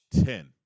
ten